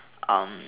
um